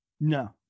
No